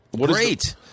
Great